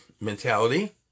mentality